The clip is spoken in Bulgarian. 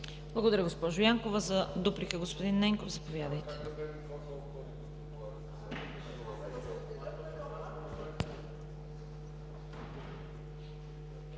Благодаря, госпожо Янкова. За дуплика господин Ненков. Заповядайте.